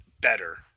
better